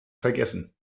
vergessen